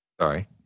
sorry